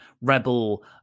Rebel